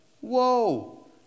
whoa